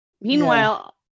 Meanwhile